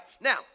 now